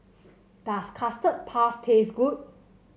does Custard Puff taste good